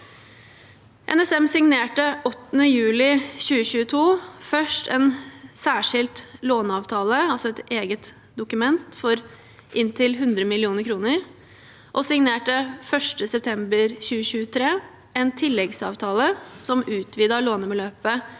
NSM signerte 8. juli 2022 først en særskilt låneavtale – altså et eget dokument – for inntil 100 mill. kr, og de signerte 1. september 2023 en tilleggsavtale som utvidet lånebeløpet